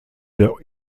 der